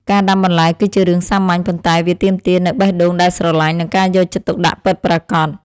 ការដាំបន្លែគឺជារឿងសាមញ្ញ ប៉ុន្តែវាទាមទារនូវបេះដូងដែលស្រឡាញ់ និងការយកចិត្តទុកដាក់ពិតប្រាកដ។